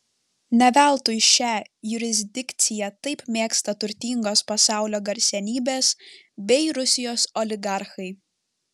ne veltui šią jurisdikciją taip mėgsta turtingos pasaulio garsenybės bei rusijos oligarchai